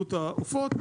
ולבריאות העופות,